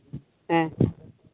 ᱦᱮᱸ